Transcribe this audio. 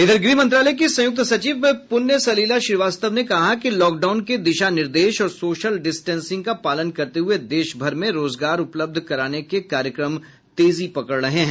इधर गृह मंत्रालय की संयुक्त सचिव पुण्य सलिला श्रीवास्तव ने कहा कि लाकडाउन के दिशा निर्देश और सोशल डिस्टेंस का पालन करते हुए देश भर में रोजगार उपलब्ध कराने के कार्यक्रम तेजी पकड रहे हैं